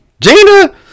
Gina